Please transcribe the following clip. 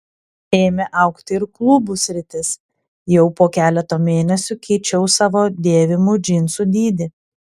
ėmė augti ir klubų sritis jau po keleto mėnesių keičiau savo dėvimų džinsų dydį